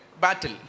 battle